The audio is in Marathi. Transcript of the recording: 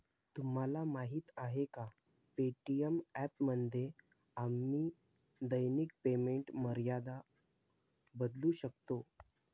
तुम्हाला माहीत आहे का पे.टी.एम ॲपमध्ये आम्ही दैनिक पेमेंट मर्यादा बदलू शकतो?